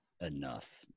enough